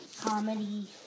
comedy